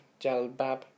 Jalbab